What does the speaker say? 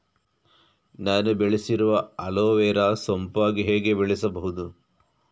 ನಾನು ಬೆಳೆಸಿರುವ ಅಲೋವೆರಾ ಸೋಂಪಾಗಿ ಹೇಗೆ ಬೆಳೆಸಬಹುದು?